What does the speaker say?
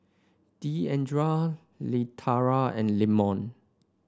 Deandra Leitha and Lemon